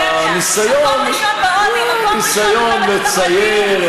והניסיון, מקום ראשון בעוני, מקום ראשון, איפה?